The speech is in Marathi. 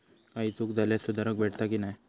काही चूक झाल्यास सुधारक भेटता की नाय?